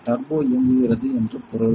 turbo இயங்குகிறது என்று பொருள்